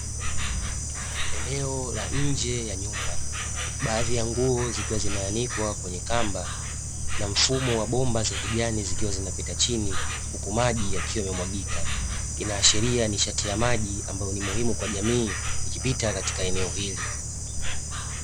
Eneo la nje ya nyumba baadhi ya nguo zikiwa zimeanikwa kwenye kamba na mfumo wa bomba za kijani zikiwa zimepita chini huku maji yakiwa yanamwagika, inaashiria nishati ya maji ambayo ni muhimu katika jamii ikipita sehemu hii.